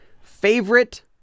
favorite